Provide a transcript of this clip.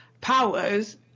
powers